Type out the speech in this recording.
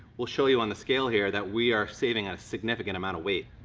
we'll show you on the scale here that we are saving a significant amount of weight.